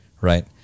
right